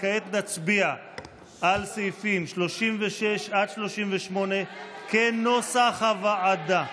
כעת נצביע על סעיפים 36 עד 38 כנוסח הוועדה.